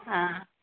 हँ